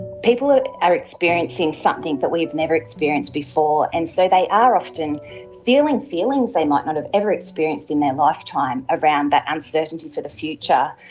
people ah are experiencing something that we've never experienced before, and so they are often feeling feelings they might not have ever experienced in their lifetime around that uncertainty for the future,